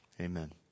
Amen